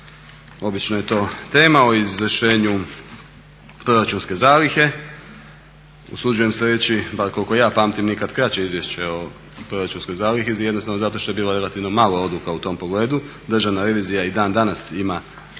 obično je to tema o izvršenju proračunske zalihe. Usuđujem se reći, bar koliko ja pamtim nikad kraće izvješće o proračunskoj zalihi, jednostavno zato što je bilo relativno malo odluka u tom pogledu. Državna revizija i dan danas ima